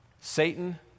Satan